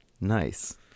Nice